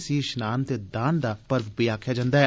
इसी षनान दे दान दा पर्व बी आक्खेआ जन्दा ऐ